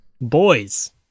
Boys